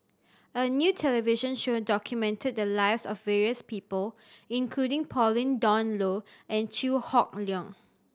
a new television show documented the lives of various people including Pauline Dawn Loh and Chew Hock Leong